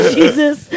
Jesus